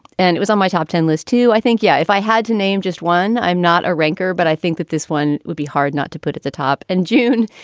and it was on my top ten list, too, i think. yeah. if i had to name just one. i'm not a drinker, but i think that this one would be hard not to put at the top and june,